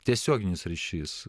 tiesioginis ryšys